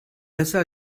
besser